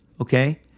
okay